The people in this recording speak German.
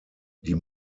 die